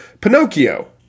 Pinocchio